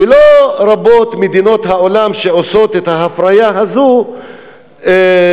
ולא רבות מדינות העולם שעושות את ההפריה הזו בצורה